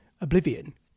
oblivion